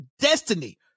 destiny